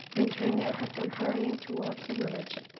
when turndale had gone hurrying towards the village